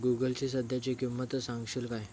गूगलची सध्याची किंमत सांगशील काय